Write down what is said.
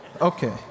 Okay